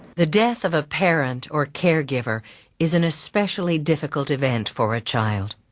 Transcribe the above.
the death of a parent or caregiver is an especially difficult event for a child.